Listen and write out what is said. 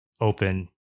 open